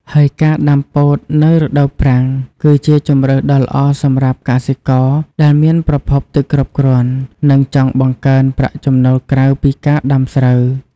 ហើយការដាំពោតនៅរដូវប្រាំងគឺជាជម្រើសដ៏ល្អសម្រាប់កសិករដែលមានប្រភពទឹកគ្រប់គ្រាន់ និងចង់បង្កើនប្រាក់ចំណូលក្រៅពីការដាំស្រូវ។